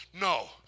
No